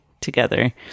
together